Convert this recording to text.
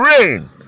rain